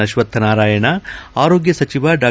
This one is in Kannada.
ಅಶ್ವತ್ತನಾರಾಯಣ್ ಆರೋಗ್ಯ ಸಚಿವ ಡಾ